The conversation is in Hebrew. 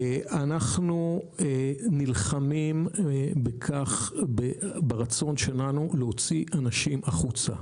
אנחנו נלחמים ברצון שלנו להוציא אנשים החוצה